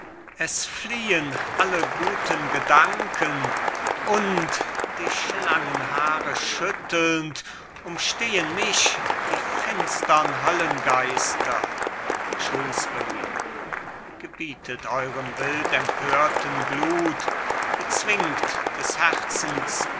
es fliehen alle guten gedanken und die schlangenhaare schüttelnd umstehen mich die finstern höllengeister shrewsbury gebietet eurem wild empörten blut bezwingt des herzens